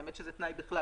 האמת היא שזה תנאי בכלל.